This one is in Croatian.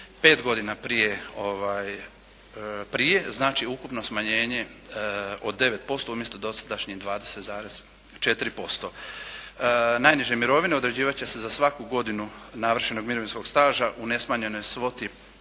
5 godina prije znači ukupno smanjenje od 9% umjesto dosadašnjih 20,4%. Najniže mirovine određivati će se za svaku godinu navršenog mirovinskog staža u nesmanjenoj svoti